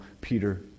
Peter